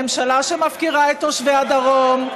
ממשלה שמפקירה את תושבי הדרום,